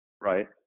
right